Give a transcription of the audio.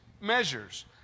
measures